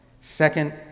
Second